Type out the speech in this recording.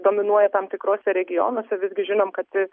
dominuoja tam tikruose regionuose visgi žinom kad